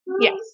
Yes